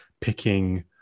picking